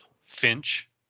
Finch